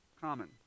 common